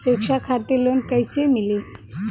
शिक्षा खातिर लोन कैसे मिली?